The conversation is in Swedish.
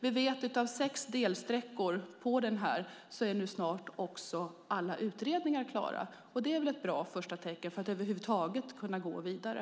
Vi vet att för sex delsträckor är snart alla utredningar klara. Det är ett bra första tecken för att över huvud taget kunna gå vidare.